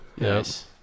Yes